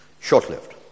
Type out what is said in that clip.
Short-lived